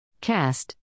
Cast